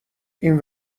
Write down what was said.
این